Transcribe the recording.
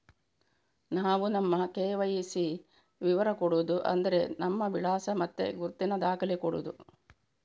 ನಾವು ನಮ್ಮ ಕೆ.ವೈ.ಸಿ ವಿವರ ಕೊಡುದು ಅಂದ್ರೆ ನಮ್ಮ ವಿಳಾಸ ಮತ್ತೆ ಗುರುತಿನ ದಾಖಲೆ ಕೊಡುದು